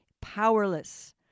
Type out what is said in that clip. powerless